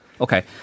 Okay